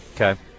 Okay